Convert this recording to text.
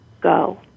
go